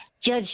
Judge